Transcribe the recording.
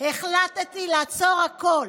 החלטתי לעצור הכול,